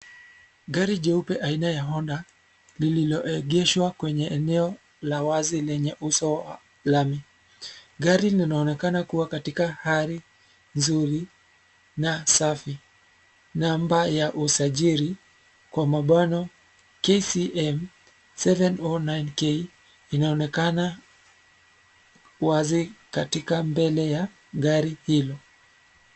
Gari jeupe aina ya Honda , lililoegeshwa kwenye eneo, la wazi lenye uso wa, lami. Gari linaonekana kuwa katika hali, nzuri, na safi. Namba ya usajili, kwa mabano, KCM 709K , linaonekana, wazi katika mbele ya, gari hilo.